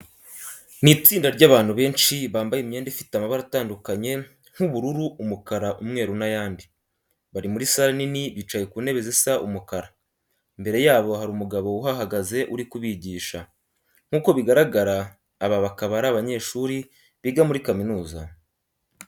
Ni itsinda ry'abandu benshi bambaye imyenda ifite amabara atandukanye nk'ubururu, umukara, umweru n'ayandi. Bari muri sale nini bicaye ku ntebe zisa umukara, imbere yabo hari umugabo uhahagaze uri kubigisha. Nkuko bigaragara aba bakaba ari abanyeshuri biga muri kaminuza.